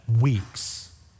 weeks